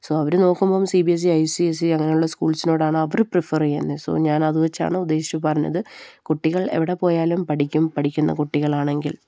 so അവര് നോക്കുമ്പോള് C B S E I C S E അങ്ങനെയുള്ള സ്കൂൾസിനോടാണ് അവര് പ്രിഫർ ചെയ്യുന്നത് സോ ഞാൻ അത് വെച്ചാണ് ഉദ്ദേശിച്ച് പറഞ്ഞത് കുട്ടികൾ എവിടെ പോയാലും പഠിക്കും പഠിക്കുന്ന കുട്ടികളാണെങ്കിൽ